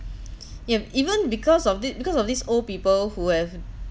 yup even because of it because of these old people who have